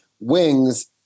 Wings